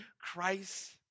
Christ